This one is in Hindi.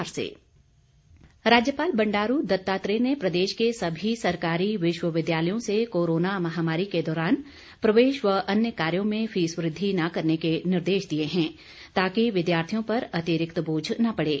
राज्यपाल राज्यपाल बंडारू दत्तात्रेय ने प्रदेश के सभी सरकारी विश्वविद्यालयों से कोरोना महामारी के दौरान प्रवेश व अन्य कार्यो में फीस वृद्धि न करने के निर्देश दिए हैं ताकि विद्यार्थियों पर अतिरिक्त बोझ न पड़े